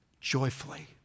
joyfully